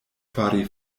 fari